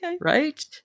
right